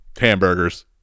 hamburgers